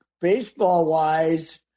baseball-wise